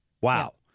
Wow